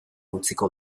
utziko